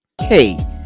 Hey